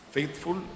Faithful